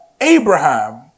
Abraham